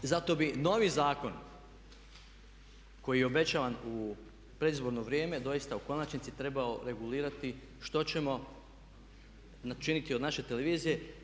Zato bi novi zakon koji je obećavan u predizborno vrijeme doista u konačnici trebao regulirati što ćemo učiniti od naše televizije.